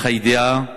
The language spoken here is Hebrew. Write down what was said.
אך הידיעה